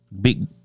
Big